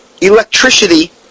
electricity